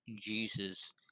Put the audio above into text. Jesus